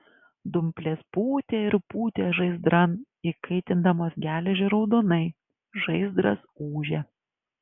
dumplės pūtė ir pūtė žaizdran įkaitindamos geležį raudonai žaizdras ūžė